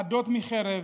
חדות מחרב,